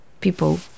people